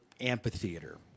amphitheater